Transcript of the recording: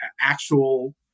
actual